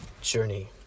Journey